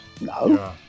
No